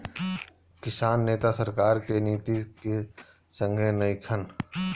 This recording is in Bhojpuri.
किसान नेता सरकार के नीति के संघे नइखन